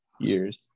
years